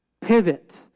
Pivot